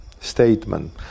statement